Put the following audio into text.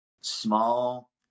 small